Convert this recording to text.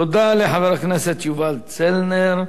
תודה לחבר הכנסת יובל צלנר.